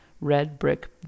red-brick